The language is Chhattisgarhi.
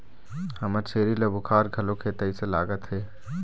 हमर छेरी ल बुखार घलोक हे तइसे लागत हे